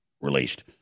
released